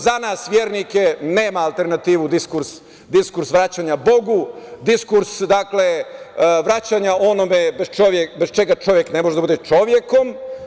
Za nas vernike nema alternativu diskurs vraćanja Bogu, diskurs vraćanja onome bez čega čovek ne može da bude čovek.